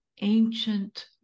Ancient